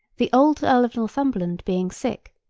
the old earl of northumberland being sick,